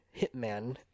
hitman